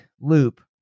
loop